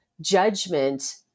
judgment